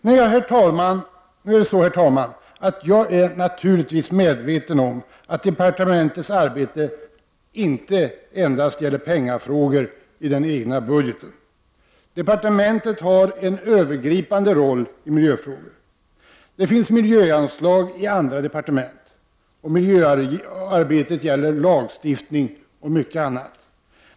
Nu är jag, herr talman, naturligtvis medveten om att departementets arbete inte endast gäller pengafrågor i den egna budgeten. Departementet har en övergripande roll i miljöfrågor. Det finns miljöanslag i andra departement, och miljöarbetet gäller lagstiftning och mycket annat.